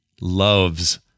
loves